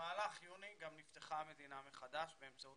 במהלך יוני גם נפתחה המדינה מחדש באמצעות